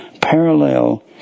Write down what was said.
parallel